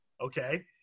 Okay